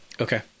Okay